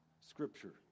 scripture